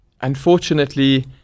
Unfortunately